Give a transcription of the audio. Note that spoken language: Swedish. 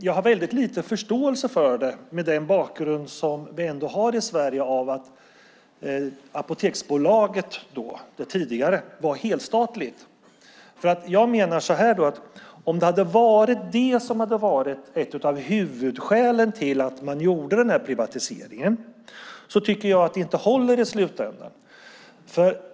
Jag har väldigt liten förståelse för det med tanke på att det tidigare apoteksbolaget var helstatligt. Om det var ett av huvudskälen till privatiseringen tycker jag inte att det håller i slutändan.